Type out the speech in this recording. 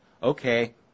okay